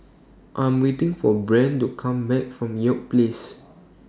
I Am waiting For Brent to Come Back from York Place